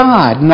God